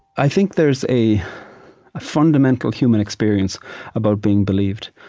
i think there's a fundamental human experience about being believed.